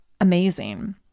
amazing